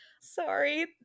Sorry